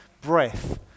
breath